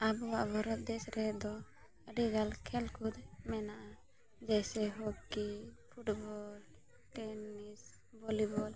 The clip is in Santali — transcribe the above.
ᱟᱵᱚᱣᱟᱜ ᱵᱷᱟᱨᱚᱛ ᱫᱮᱥ ᱨᱮᱫᱚ ᱟᱹᱰᱤ ᱜᱟᱱ ᱠᱷᱮᱞ ᱠᱩᱫ ᱢᱮᱱᱟᱜᱼᱟ ᱡᱮᱭᱥᱮ ᱦᱚᱸᱠᱤ ᱯᱷᱩᱴᱵᱚᱞ ᱴᱮᱱᱤᱥ ᱵᱷᱚᱞᱤᱵᱚᱞ